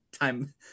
time